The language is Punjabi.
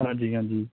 ਹਾਂਜੀ ਹਾਂਜੀ